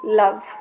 love